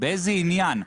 באיזה עניין?